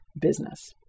business